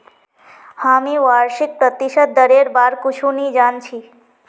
हामी वार्षिक प्रतिशत दरेर बार कुछु नी जान छि